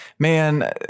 man